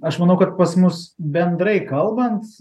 aš manau kad pas mus bendrai kalbant